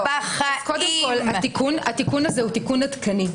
התיקון הזה הוא עדכני.